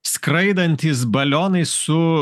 skraidantys balionai su